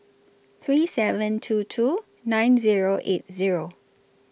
three seven two two nine Zero eight Zero